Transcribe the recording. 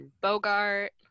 Bogart